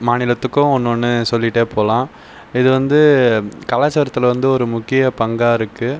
மாநிலத்துக்கும் ஒன்று ஒன்று சொல்லிகிட்டே போகலாம் இது வந்து கலாச்சாரத்தில் வந்து ஒரு முக்கிய பங்காயிருக்கு